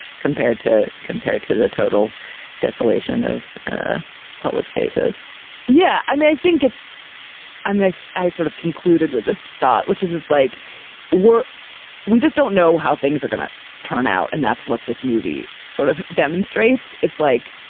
compared to compared to the total desolation of ah public spaces yeah. i mean, i think it's i mean, i i sort of concluded with this thought, which is it's like were we just don't know how things are gonna turn out. and that's what this movie sort of demonstrates. it's like.